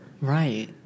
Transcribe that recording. right